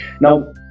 now